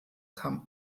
kam